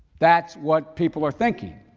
that's what people are thinking.